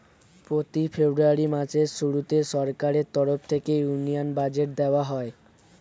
প্রতি ফেব্রুয়ারি মাসের শুরুতে সরকারের তরফ থেকে ইউনিয়ন বাজেট দেওয়া হয়